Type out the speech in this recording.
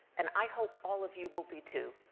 and i hope all of you will be too.